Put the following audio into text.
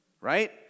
Right